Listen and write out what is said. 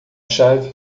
chave